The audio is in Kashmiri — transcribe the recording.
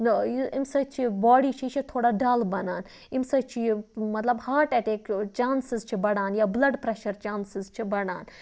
اَمہِ سۭتۍ چھِ باڈی چھِ یہِ چھےٚ تھوڑا ڈَل بَنان اَمہِ سۭتۍ چھِ یہِ مطلب ہاٹ اَٹیک چانسٕز چھِ بَڑان یا بٕلَڈ پرٛٮ۪شَر چانسٕز چھِ بَڑان